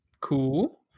Cool